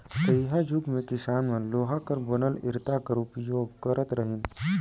तइहाजुग मे किसान मन लोहा कर बनल इरता कर उपियोग करत रहिन